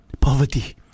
poverty